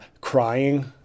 crying